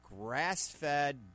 grass-fed